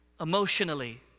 emotionally